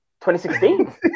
2016